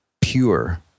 pure